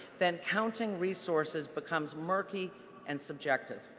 then counting resources becomes murky and subjective.